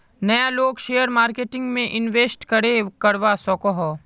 नय लोग share marketing में इंवेस्ट करे करवा सकोहो?